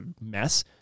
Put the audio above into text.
mess